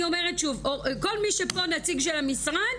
כל מי שהוא נציג של המשרד